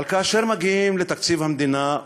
אבל כאשר מגיעים לתקציב המדינה,